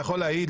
אתה יכול להעיד,